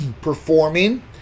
performing